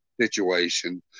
situation